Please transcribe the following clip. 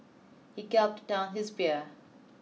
he gulped down his beer